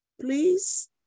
please